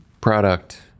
product